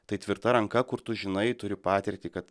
tai tvirta ranka kur tu žinai turi patirtį kad